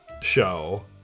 show